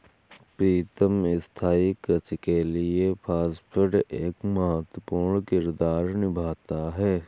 प्रीतम स्थाई कृषि के लिए फास्फेट एक महत्वपूर्ण किरदार निभाता है